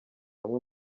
bamwe